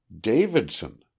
Davidson